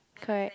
correct